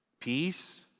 Peace